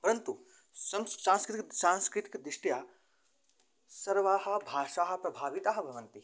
परन्तु संस् सान्स्कृतिक् सांस्कृतिकदृष्ट्या सर्वाः भाषाः प्रभाविताः भवन्ति